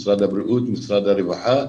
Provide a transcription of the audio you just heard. משרד הבריאות ומשרד הרווחה,